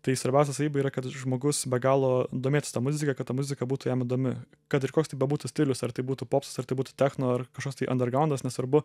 tai svarbiausia savybė yra kad žmogus be galo domėtųs ta muzika kad ta muzika būtų jam įdomi kad ir koks tai bebūtų stilius ar tai būtų popsas ar tai būtų techno ar kažkoks tai andergraundas nesvarbu